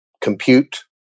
compute